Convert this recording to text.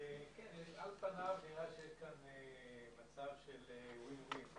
על פניו נראה שיש כאן מצב של win-win.